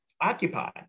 occupy